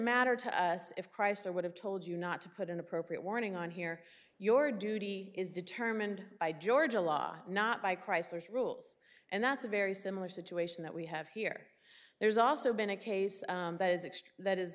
matter to us if chrysler would have told you not to put inappropriate warning on here your duty is determined by georgia law not by chrysler's rules and that's a very similar situation that we have here there's also been a case that is